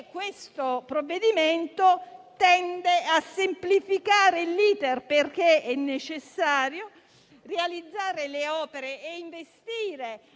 questo provvedimento tende a semplificare l'*iter*, perché è necessario realizzare le opere e investire